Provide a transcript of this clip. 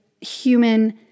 human